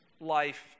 life